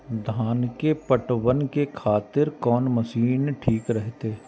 धान के पटवन के खातिर कोन मशीन ठीक रहते?